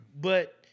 But-